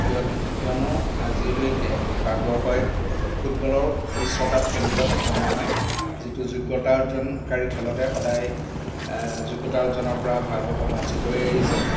কিয় কিয়নো আজিলৈকে ভাৰতবৰ্ষই ফুটবলৰ বিশ্বকাপ খেলিবলৈ সক্ষম হোৱা নাই যিটো যোগ্যতা অৰ্জনকাৰী খেলতে সদায় যোগ্যতা অৰ্জনৰ পৰা ভাৰতবৰ্ষ বঞ্চিত হৈ আহিছে